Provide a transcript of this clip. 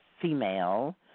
female